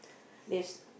there's